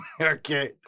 Okay